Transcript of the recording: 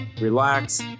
relax